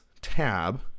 tab